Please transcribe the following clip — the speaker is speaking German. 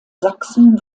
sachsen